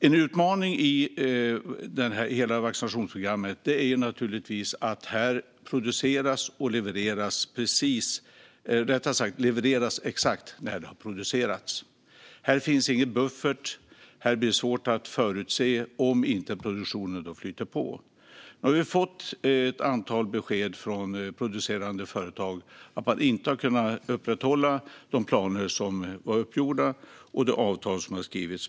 En utmaning i hela vaccinationsprogrammet är naturligtvis att det levereras exakt när det har producerats. Här finns ingen buffert. Det är svårt att förutse om produktionen inte flyter på. Nu har vi fått ett antal besked från producerande företag att man inte kunnat upprätthålla de planer som var uppgjorda och de avtal som skrivits.